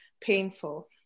painful